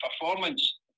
performance